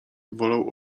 wolał